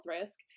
risk